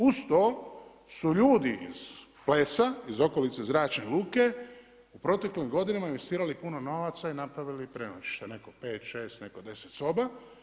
Uz to su ljudi iz Plesa iz okolice zračne luke u proteklim godinama investirali puno novaca i napravili prenoćište, neko pet, šest, neko deset soba.